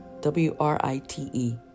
W-R-I-T-E